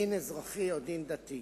דין אזרחי או דין דתי.